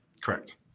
Correct